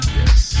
Yes